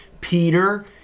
Peter